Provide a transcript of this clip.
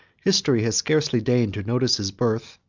history has scarcely deigned to notice his birth,